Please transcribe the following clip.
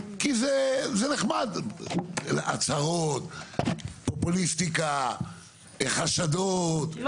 כי זה נחמד הצהרות פופוליסטיקה חשדות,